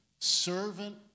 Servant